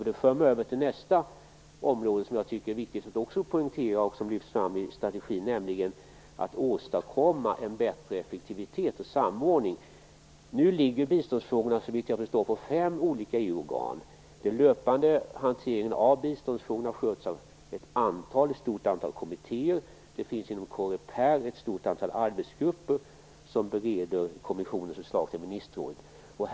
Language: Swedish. Detta för mig över till nästa område som jag också tycker är viktigt att poängtera och som lyfts fram i strategin, nämligen vikten av att åstadkomma en bättre effektivitet och samordning. Nu ligger biståndsfrågorna såvitt jag förstår på fem olika EU-organ. Den löpande hanteringen av biståndsfrågorna sköts av ett stort antal kommittéer. Det finns inom Coreper ett stort antal arbetsgrupper som bereder kommissionens förslag till ministerrådet.